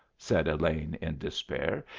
said elaine, in despair.